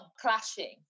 clashing